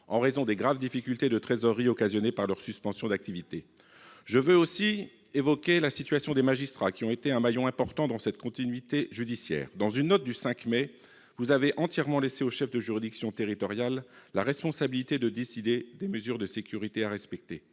en raison des graves difficultés de trésorerie occasionnées par leur suspension d'activité. Je veux aussi évoquer la situation des magistrats, qui ont été un maillon important de cette continuité judiciaire. Dans une note du 5 mai, vous avez entièrement laissé aux chefs de juridiction territoriale la responsabilité de décider des mesures de sécurité à respecter,